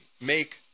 make